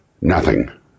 Nothing